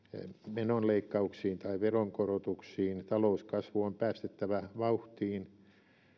menoleikkauksiin tai veronkorotuksiin talouskasvu on päästettävä vauhtiin